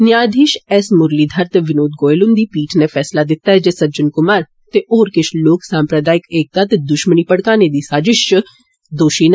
न्याधीष S Muralidhar ते विनोद गोयल हुन्दी पीठ नै फैसला दिता ऐ जे सज्जन कुमार ते होर किष लोक साम्प्रदायिक एकता ते दुष्मनी भड़काने दी साजिष च दोशी न